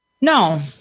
No